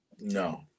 No